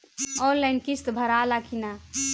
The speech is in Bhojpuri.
आनलाइन किस्त भराला कि ना?